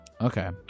Okay